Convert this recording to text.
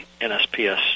NSPS